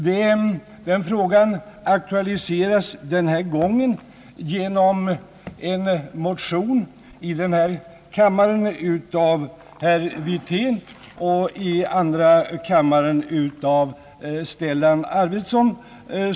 Den frågan har aktualiserats genom en motion i denna kammare av herr Wirtén och i andra kammaren av herr Stellan Ar vidson.